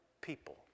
people